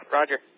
Roger